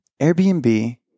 Airbnb